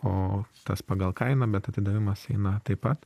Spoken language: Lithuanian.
o tas pagal kainą bet atidavimas eina taip pat